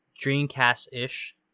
Dreamcast-ish